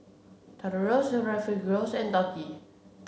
Taurus Refugio and Dotty